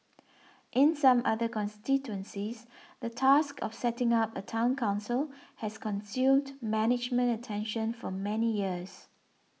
in some other constituencies the task of setting up a Town Council has consumed management attention for many years